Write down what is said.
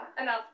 Enough